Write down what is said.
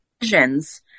visions